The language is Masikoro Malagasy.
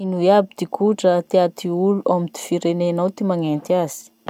Ino iaby ty kotra tia ty olo ao amy ty firenenao ty magnenty azy?